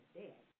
dead